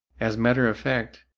as matter of fact,